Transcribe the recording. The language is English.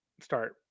start